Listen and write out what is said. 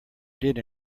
did